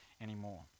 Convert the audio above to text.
anymore